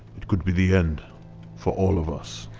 it could be the end for all of us.